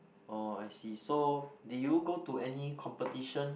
oh I see so did you go to any competition